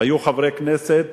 היו חברי כנסת